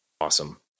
Awesome